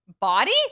Body